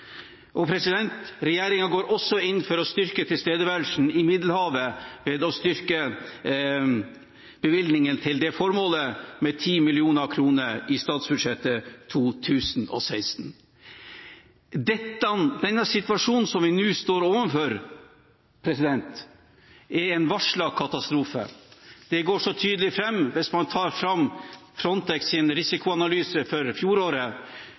går også inn for å styrke tilstedeværelsen i Middelhavet ved å øke bevilgningen til det formålet med 10 mill. kr i statsbudsjettet for 2016. Situasjonen som vi nå står overfor, er en varslet katastrofe. Det går tydelig fram hvis man tar fram Frontex’ risikoanalyse for fjoråret.